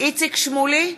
איציק שמולי,